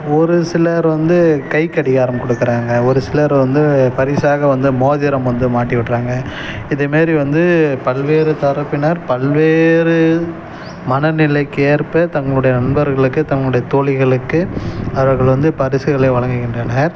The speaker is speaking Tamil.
ஒரு சிலர் வந்து கைக் கடிகாரம் கொடுக்கறாங்க ஒரு சிலர் வந்து பரிசாக வந்து மோதிரம் வந்து மாட்டி விடுறாங்க இதேமாரி வந்து பல்வேறு தரப்பினர் பல்வேறு மனநிலைக்கு ஏற்ப தங்களுடைய நண்பர்களுக்கு தங்களுடைய தோழிகளுக்கு அவர்கள் வந்து பரிசுகளை வழங்குகின்றனர்